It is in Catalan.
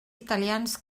italians